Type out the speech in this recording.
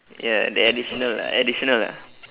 ya the additional lah additional lah